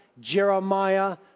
Jeremiah